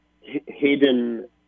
hidden